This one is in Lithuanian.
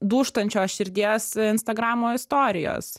dūžtančios širdies instagramo istorijos